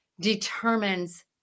determines